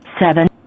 seven